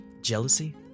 Jealousy